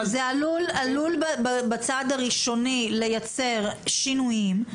זה עלול בצעד הראשוני לייצר שינויים,